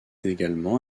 également